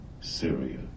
Syria